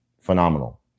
phenomenal